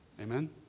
Amen